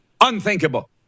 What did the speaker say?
Unthinkable